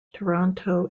toronto